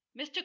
Mr